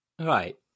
Right